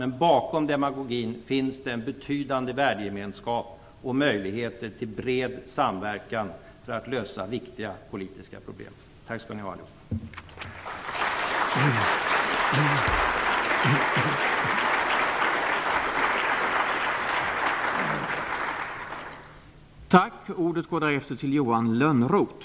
Men bakom demagogin finns det en betydande värdegemenskap och möjligheter till bred samverkan för att lösa viktiga politiska problem. Tack skall ni ha allihop!